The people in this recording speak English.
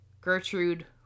Gertrude